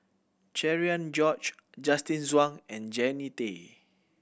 Cherian George Justin Zhuang and Jannie Tay